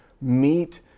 meet